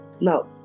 Now